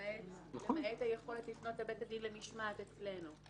למעט היכולת לפנות לבית הדין למשמעת אצלנו.